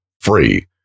free